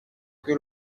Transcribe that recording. que